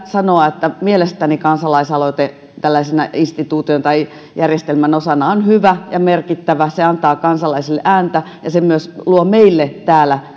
sanoa että mielestäni kansalaisaloite tällaisena instituutiona tai järjestelmän osana on hyvä ja merkittävä se antaa kansalaisille ääntä ja se myös luo meille täällä